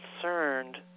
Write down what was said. concerned